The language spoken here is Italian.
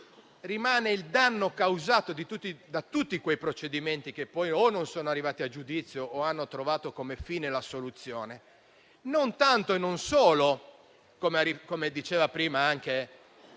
rimane il danno causato da tutti quei procedimenti che poi o non sono arrivati a giudizio o hanno trovato come fine l'assoluzione. Ciò non tanto e non solo, come diceva anche